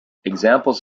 examples